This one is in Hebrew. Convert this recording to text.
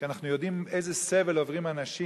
כי אנחנו יודעים איזה סבל עוברים אנשים